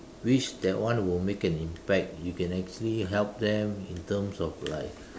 which that one will make an impact you can actually help them in terms of like